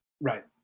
Right